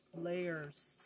Layers